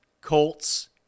colts